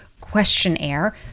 Questionnaire